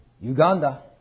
Uganda